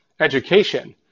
education